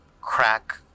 crack